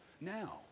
now